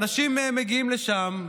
אנשים מגיעים לשם,